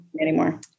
anymore